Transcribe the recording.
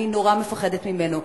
אני נורא מפחדת ממנו,